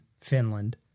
Finland